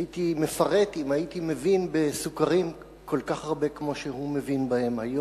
הייתי מפרט אם הייתי מבין בסוכרים כל כך הרבה כמו שהוא מבין בהם היום,